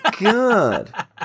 God